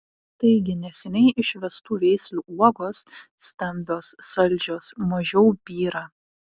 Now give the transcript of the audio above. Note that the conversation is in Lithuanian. taigi neseniai išvestų veislių uogos stambios saldžios mažiau byra